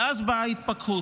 ואז באה ההתפכחות.